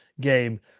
game